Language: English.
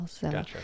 Gotcha